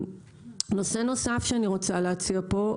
נושא נוסף שאני רוצה להציע פה,